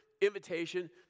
invitation